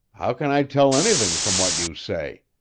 how can i tell anything from what you say?